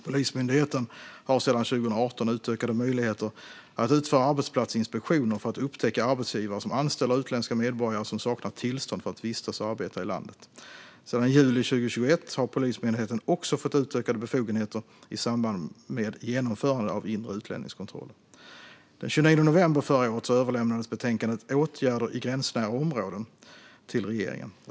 Polismyndigheten har sedan 2018 utökade möjligheter att utföra arbetsplatsinspektioner för att upptäcka arbetsgivare som anställer utländska medborgare som saknar tillstånd att vistas och arbeta i landet. Sedan juli 2021 har Polismyndigheten också fått utökade befogenheter i samband med genomförande av inre utlänningskontroller. Den 29 november förra året överlämnades betänkandet Åtgärder i gränsnära områden till regeringen.